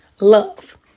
love